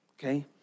Okay